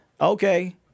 Okay